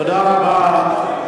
תודה רבה.